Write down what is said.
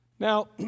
Now